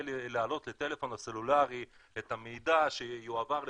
להעלות לטלפון הסלולרי את המידע שיועבר לגוגל.